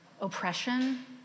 oppression